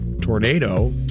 tornado